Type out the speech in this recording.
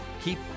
keep